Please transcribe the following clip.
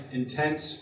intense